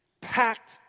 packed